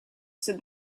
said